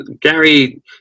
Gary